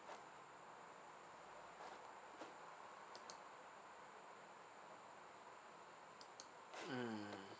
mm